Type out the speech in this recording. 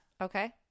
okay